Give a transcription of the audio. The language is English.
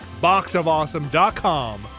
Boxofawesome.com